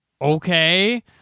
okay